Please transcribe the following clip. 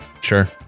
Sure